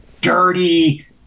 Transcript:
dirty